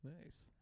Nice